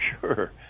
sure